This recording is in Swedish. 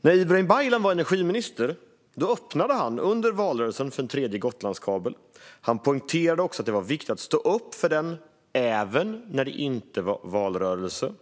När Ibrahim Baylan var energiminister öppnade han under valrörelsen för en tredje Gotlandskabel. Han poängterade också att det var viktigt att stå upp för den även när det inte var valrörelse.